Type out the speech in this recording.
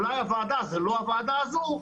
אולי זאת לא הוועדה הזו,